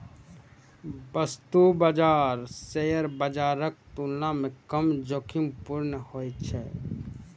वस्तु बाजार शेयर बाजारक तुलना मे कम जोखिमपूर्ण होइ छै